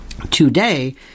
Today